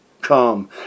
come